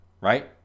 right